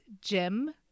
Jim